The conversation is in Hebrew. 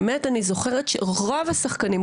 אני זוכרת שרוב השחקנים,